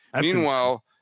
Meanwhile